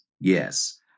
Yes